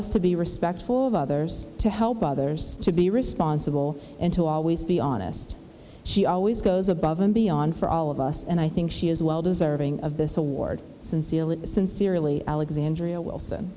us to be respectful of others to help others to be responsible and to always be honest she always goes above and beyond for all of us and i think she is well deserving of this award and seal it sincerely alexandria wilson